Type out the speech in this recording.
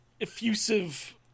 effusive